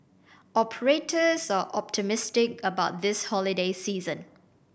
operators are optimistic about this holiday season